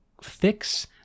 fix